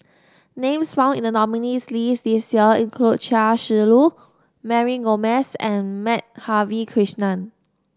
names found in the nominees' list this year include Chia Shi Lu Mary Gomes and Madhavi Krishnan